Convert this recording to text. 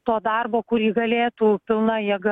to darbo kurį galėtų pilna jėga